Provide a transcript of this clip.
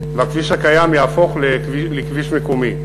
והכביש הקיים יהפוך לכביש מקומי.